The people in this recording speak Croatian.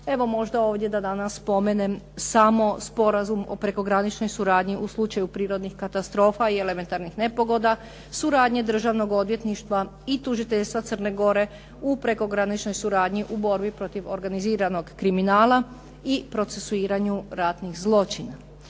Evo možda da ovdje danas spomenem samo Sporazum o prekograničnoj suradnju u slučaju prirodnih katastrofa i elementarnih nepogoda, suradnje Državnog odvjetništva i tužiteljstva Crne Gore u prekograničnoj suradnji u borbi protiv organiziranog kriminala i procesuiranju ratnih zločina.